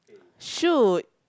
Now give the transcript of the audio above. shoot